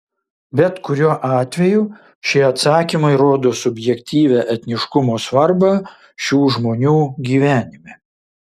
bet kuriuo atveju šie atsakymai rodo subjektyvią etniškumo svarbą šių žmonių gyvenime